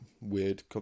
weird